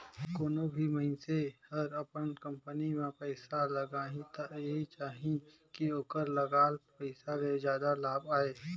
कोनों भी मइनसे हर अपन कंपनी में पइसा लगाही त एहि चाहही कि ओखर लगाल पइसा ले जादा लाभ आये